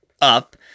up